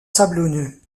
sablonneux